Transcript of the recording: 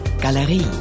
Galerie